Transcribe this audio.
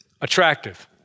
attractive